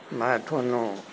ਮੈਂ ਤੁਹਾਨੂੰ